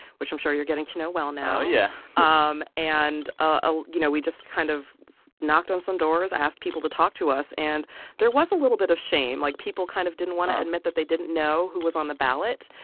which i'm sure you're getting to know well now. oh, yeah um and, ah you know, we just kind of knocked on some doors. i asked people to talk to us. and there was a little bit of shame. like, people kind of didn't want to admit that they didn't know who was on the ballot.